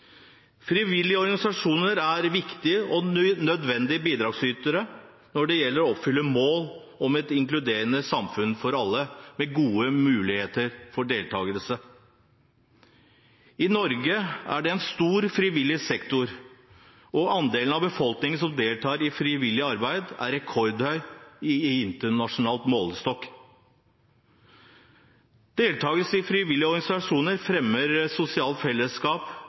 Frivillige organisasjoner er viktige og nødvendige bidragsytere når det gjelder å oppfylle målet om et inkluderende samfunn for alle, med gode muligheter for deltakelse. I Norge er det en stor frivillig sektor, og andelen av befolkningen som deltar i frivillig arbeid, er rekordhøy i internasjonal målestokk. Deltakelse i frivillige organisasjoner fremmer sosialt fellesskap,